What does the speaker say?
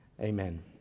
amen